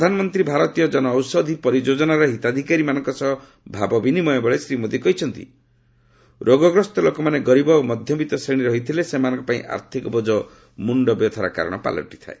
ପ୍ରଧାନମନ୍ତ୍ରୀ ଭାରତୀୟ ଜନଔଷଧୀ ପରିଯୋଜନାର ହିତାଧିକାରୀମାନଙ୍କ ସହ ଭାବବିନିମୟ ବେଳେ ଶ୍ରୀ ମୋଦି କହିଛନ୍ତି ରୋଗଗ୍ରସ୍ତ ଲୋକମାନେ ଗରିବ ଓ ମଧ୍ୟବିତ ଶ୍ରେଣୀର ହୋଇଥିଲେ ସେମାନଙ୍କ ପାଇଁ ଆର୍ଥିକ ବୋଝ ମୁଣ୍ଡବ୍ୟଥାର କାରଣ ପାଲଟିଥାଏ